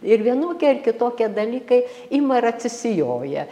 ir vienokie ar kitokie dalykai ima ir atsisijoja